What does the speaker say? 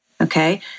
Okay